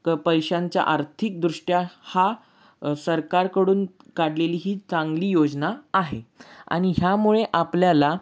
क पैशांच्या आर्थिकदृष्ट्या हा सरकारकडून काढलेली ही चांगली योजना आहे आणि ह्यामुळे आपल्याला